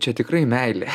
čia tikrai meilė